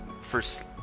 first